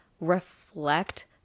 reflect